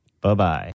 Bye-bye